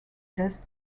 jeff